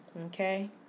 okay